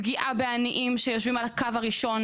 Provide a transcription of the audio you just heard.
פגיעה בעניים שיושבים על הקו הראשון,